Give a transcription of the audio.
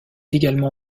également